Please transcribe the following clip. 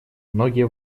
многие